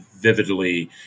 vividly